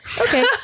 Okay